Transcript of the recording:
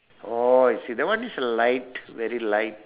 orh I see that one is a light very light